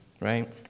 right